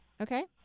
Okay